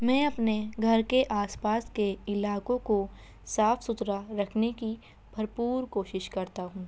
میں اپنے گھر کے آس پاس کے علاقوں کو صاف ستھرا رکھنے کی بھرپور کوشش کرتا ہوں